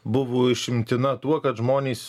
buvo išimtina tuo kad žmonės